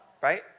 Right